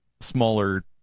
smaller